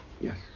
yes